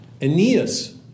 Aeneas